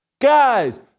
Guys